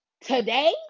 today